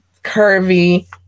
curvy